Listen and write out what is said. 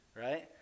right